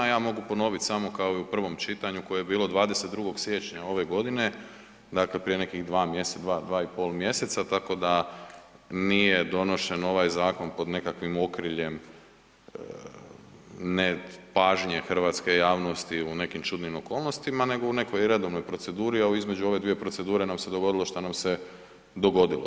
Ja mogu ponoviti samo kao i u prvom čitanju koje je bilo 22. siječnja ove godine, dakle prije nekih 2 mjeseca, 2 i pol mjeseca, tako da nije donosen ovaj zakon pod nekakvim okriljem nepažnje hrvatske javnosti, u nekim čudnim okolnostima nego u nekoj redovnoj proceduri, a između ove dvije procedure nam se dogodilo što nam se dogodilo.